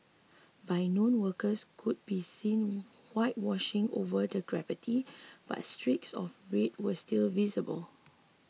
by noon workers could be seen whitewashing over the graffiti but streaks of red were still visible